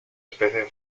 especie